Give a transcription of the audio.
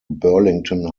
burlington